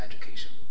education